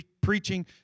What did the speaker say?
preaching